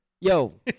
yo